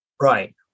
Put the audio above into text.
Right